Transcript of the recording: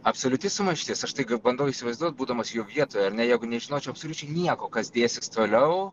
absoliuti sumaištis aš taigi bandau įsivaizduot būdamas jo vietoje ar ne jeigu nežinočiau absoliučiai nieko kas dėsis toliau